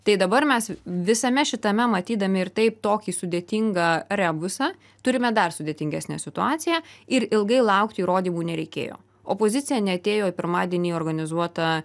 tai dabar mes visame šitame matydami ir taip tokį sudėtingą rebusą turime dar sudėtingesnę situaciją ir ilgai laukti įrodymų nereikėjo opozicija neatėjo į pirmadienį organizuotą